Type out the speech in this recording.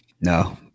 No